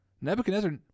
Nebuchadnezzar